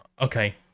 okay